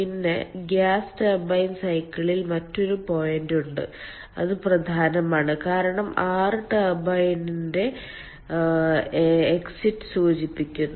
പിന്നെ gas turbine സൈക്കിളിൽ മറ്റൊരു പോയിന്റുണ്ട് അത് പ്രധാനമാണ് കാരണം 6 ടർബൈനിന്റെ എക്സിറ്റ് സൂചിപ്പിക്കുന്നു